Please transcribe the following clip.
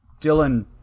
Dylan